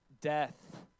death